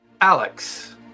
Alex